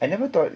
I never thought